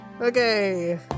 Okay